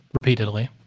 repeatedly